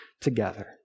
together